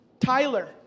Tyler